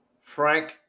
Frank